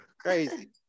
crazy